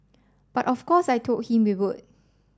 but of course I told him we would